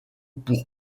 pour